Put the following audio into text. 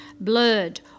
blurred